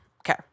Okay